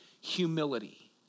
humility